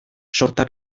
sorta